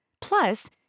Plus